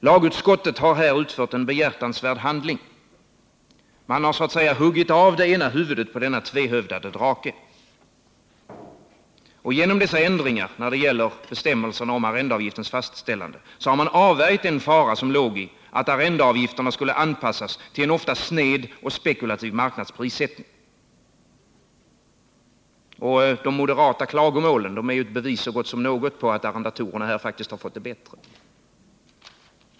Lagutskottet har här utfört en behjärtansvärd handling. Man har så att säga huggit av det ena huvudet på denna trehövdade drake. Genom dessa ändringar när det gäller bestämmelserna om arrendeavgiftens fastställande har man avvärjt den fara som låg i att arrendeavgifterna skulle anpassas till en ofta sned och spekulativ marknadsprissättning. De moderata klagomålen är ju ett bevis så gott som något på att arrendatorerna härigenom faktiskt har fått det bättre.